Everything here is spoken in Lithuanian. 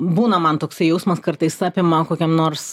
būna man toksai jausmas kartais apima kokiam nors